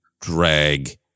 drag